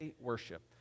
worship